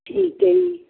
ਠੀਕ ਹੈ ਜੀ